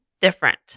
different